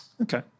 Okay